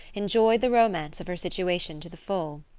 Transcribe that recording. enjoyed the romance of her situation to the full.